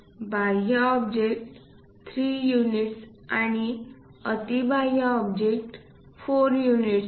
बाह्य object 3 units आणि अति बाह्य अब्जेक्ट 4 युनिट्स आहे